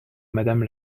madame